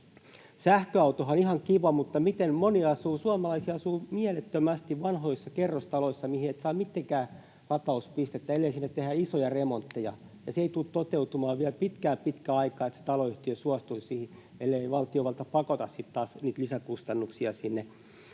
Sähköautohan on ihan kiva, mutta moni asuu, ihan mielettömästi suomalaisia asuu vanhoissa kerrostaloissa, mihin et saa mitenkään latauspistettä, ellei sinne tehdä isoja remontteja. Ja se ei tule toteutumaan vielä pitkään, pitkään aikaan, että se taloyhtiö suostuisi siihen, ellei valtiovalta sitten taas pakota niitä lisäkustannuksia sinne.